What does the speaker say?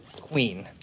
Queen